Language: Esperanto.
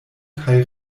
kaj